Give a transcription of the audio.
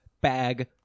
bag